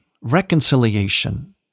reconciliation